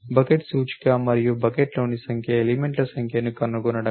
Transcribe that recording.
bucket సూచిక మరియు మీరు చేయాల్సిందల్లా బకెట్లోని ఎలిమెంట్ల సంఖ్య ను కనుగొనడమే